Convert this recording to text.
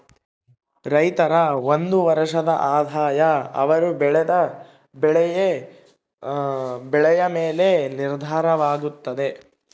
ರೈತರ ಒಂದು ವರ್ಷದ ಆದಾಯ ಅವರು ಬೆಳೆದ ಬೆಳೆಯ ಮೇಲೆನೇ ನಿರ್ಧಾರವಾಗುತ್ತದೆ